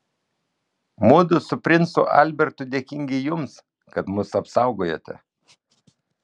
mudu su princu albertu dėkingi jums kad mus apsaugojote